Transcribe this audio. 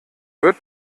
wird